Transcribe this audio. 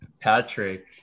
Patrick